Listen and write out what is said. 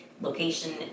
Location